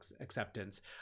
acceptance